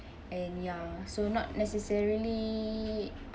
and ya so not necessarily